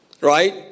Right